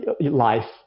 Life